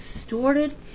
distorted